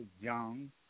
young